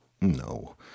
No